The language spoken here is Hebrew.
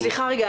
סליחה, רגע.